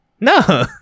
No